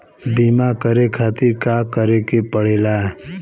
बीमा करे खातिर का करे के पड़ेला?